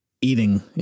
eating